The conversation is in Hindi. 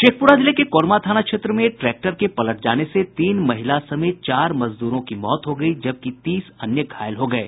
शेखप्रा जिले के कोरमा थाना क्षेत्र में ट्रैक्टर के पलट जाने से तीन महिला समेत चार मजदूरों की मौत हो गयी जबकि तीस अन्य घायल हो गये